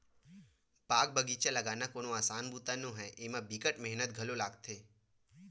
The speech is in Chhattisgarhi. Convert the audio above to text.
बाग बगिचा लगाना कोनो असान बूता नो हय, एमा बिकट मेहनत घलो लागथे